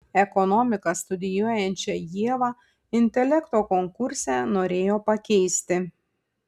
ekonomiką studijuojančią ievą intelekto konkurse norėjo pakeisti